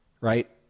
right